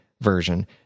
version